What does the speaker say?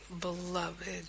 beloved